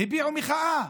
הביעו מחאה.